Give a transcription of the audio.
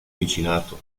vicinato